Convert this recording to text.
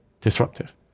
disruptive